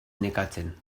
nekatzen